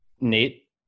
nate